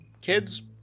Kids